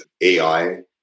AI